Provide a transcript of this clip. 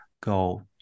go